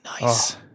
nice